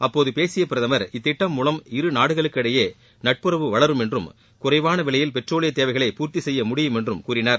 அப்போது பேசிய பிரதமர் இத்திட்டம் மூலம் இரு நாடுகளுக்கிடையே நட்புறவு வளரும் என்றும் குறைவான விலையில் பெட்ரோலியத்தேவையை பூர்த்தி செய்யமுடியும் என்றும் கூறினார்